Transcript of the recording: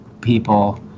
people